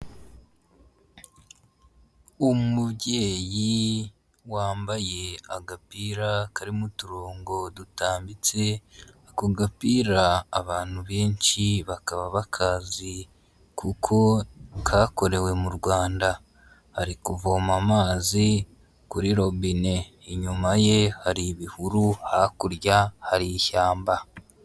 Umubyeyi wambaye agapira karimo uturongo dutambitse ako gapira abantu benshi bakaba bakazi kuko kakorewe mu rwanda, ari kuvoma amazi kuri robine, inyuma ye hari ibihuru hakurya hari ishyamba.